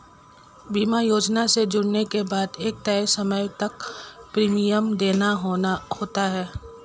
बीमा योजना से जुड़ने के बाद एक तय समय तक प्रीमियम देना होता है